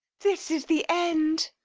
this is the end.